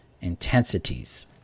intensities